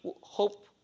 hope